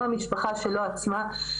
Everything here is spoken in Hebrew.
גם המשפחה שלו עצמה.